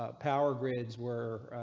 ah power grids were.